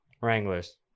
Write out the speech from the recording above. Wranglers